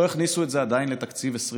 לא הכניסו את זה עדיין לתקציב 2021,